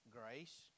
grace